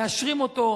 מאשרים אותו.